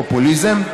פופוליזם.